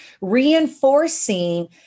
Reinforcing